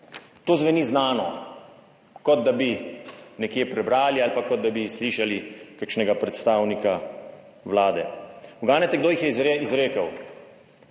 To zveni znano. Kot da bi nekje prebrali ali pa kot da bi slišali kakšnega predstavnika Vlade. Uganete, kdo jih je izrekel?